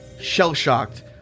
shell-shocked